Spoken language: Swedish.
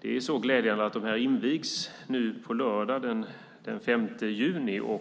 Det är så glädjande att de invigs nu på lördag den 5 juni.